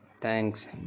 thanks